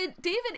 David